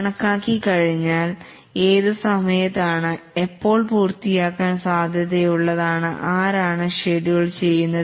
കണക്കാക്കി കഴിഞ്ഞാൽ ഏത് സമയത്താണ് എപ്പോൾ പൂർത്തിയാക്കാൻ സാധ്യതയുള്ളത്ആരാണ് ഷെഡ്യൂൾ ചെയ്യുന്നത്